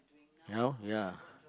help ya